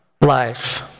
Life